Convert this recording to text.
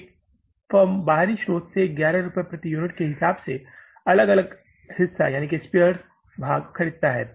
एक फर्म बाहरी स्रोत से 11 रुपये प्रति यूनिट के हिसाब से अलग अलग हिस्सा स्पेयर भाग खरीद सकता है